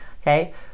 okay